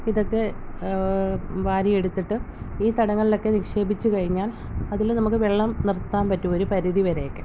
ഇതൊക്കെ വാരിയെടുത്തിട്ട് ഈ തടങ്ങളിലൊക്കെ നിക്ഷേപിച്ചു കഴിഞ്ഞാൽ അതിൽ നമുക്ക് വെള്ളം നിർത്താൻ പറ്റും ഒരു പരിധി വരെയൊക്കെ